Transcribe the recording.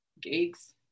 gigs